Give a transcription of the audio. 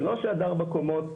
שלוש עד ארבע קומות.